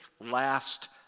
last